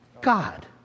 God